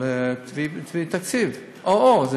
אבל תביא תקציב, או או.